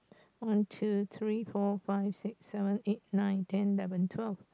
one two three four five six seven eight nine ten eleven twelve